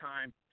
time